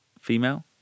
female